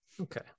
Okay